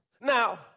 Now